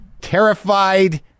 terrified